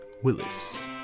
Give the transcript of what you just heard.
Willis